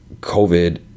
covid